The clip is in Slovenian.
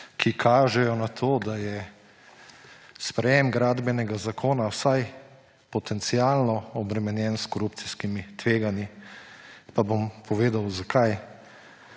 ki kažejo na to, da je sprejetje Gradbenega zakona vsaj potencialno obremenjen s korupcijskimi tveganji. Pa bom povedal, zakaj.